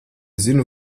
zinu